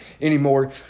anymore